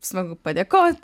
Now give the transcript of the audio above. smagu padėkot